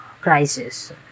crisis